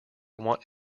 want